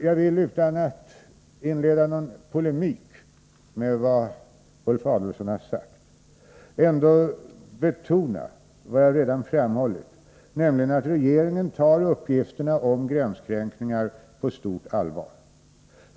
Jag vill, utan att för den skull inleda någon polemik mot vad Ulf Adelsohn har sagt, betona vad jag redan har framhållit, nämligen att regeringen tar uppgifterna om gränskränkningar på stort allvar.